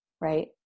Right